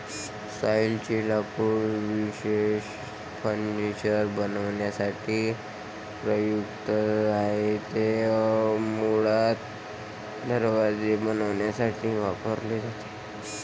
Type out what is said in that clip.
सालचे लाकूड विशेषतः फर्निचर बनवण्यासाठी उपयुक्त आहे, ते मुळात दरवाजे बनवण्यासाठी वापरले जाते